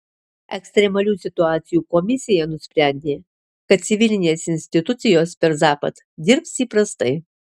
ekstremalių situacijų komisija nusprendė kad civilinės institucijos per zapad dirbs įprastai